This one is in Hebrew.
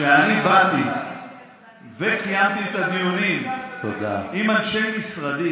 כשאני באתי וקיימתי את הדיונים עם אנשי משרדי